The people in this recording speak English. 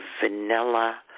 vanilla